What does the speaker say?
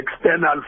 external